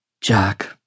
Jack